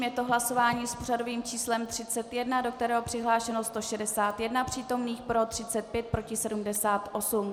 Je to hlasování s pořadovým číslem 31, do kterého je přihlášeno 161 přítomných, pro 35, proti 78.